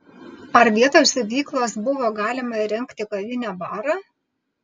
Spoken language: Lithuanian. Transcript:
ar vietoj siuvyklos buvo galima įrengti kavinę barą